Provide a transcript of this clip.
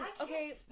okay